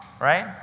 right